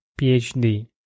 PhD